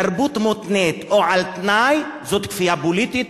תרבות מותנית או על-תנאי זו כפייה פוליטית,